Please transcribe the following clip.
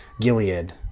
Gilead